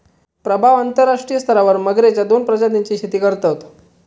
प्रभाव अंतरराष्ट्रीय स्तरावर मगरेच्या दोन प्रजातींची शेती करतत